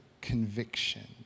conviction